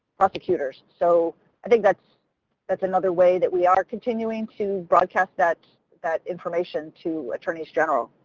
prosecutors. so i think that's that's another way that we are continuing to broadcast that that information to attorneys general.